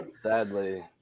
Sadly